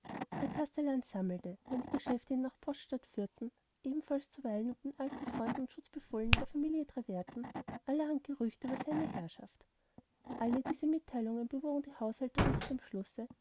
der kastellan sammelte wenn geschäfte ihn nach der poststadt führten ebenfalls zuweilen unter den alten freunden und schutzbefohlenen der familie treverton allerhandgerüchteüberseineherrschaft alle diese mitteilungen bewogen die haushälterin zu dem schlusse